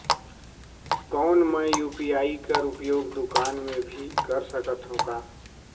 कौन मै यू.पी.आई कर उपयोग दुकान मे भी कर सकथव का?